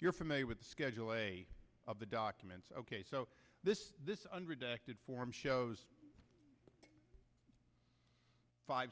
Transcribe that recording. you're familiar with the schedule a of the documents ok so this this under directed form shows five